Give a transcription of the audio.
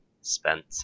spent